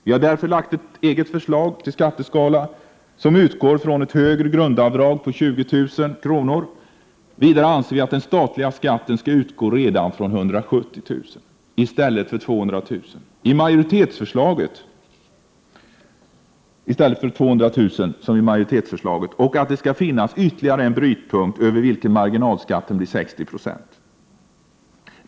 Vi har därför lagt fram ett eget förslag till skatteskala som utgår från ett högre grundavdrag på 20 000 kr. Vidare anser vi att den statliga skatten skall utgå redan från 170 000 kr. i stället för 200 000, som i majoritetsförslaget, och att det skall finnas ytterligare en brytpunkt, över vilken marginalskatten blir 60 I.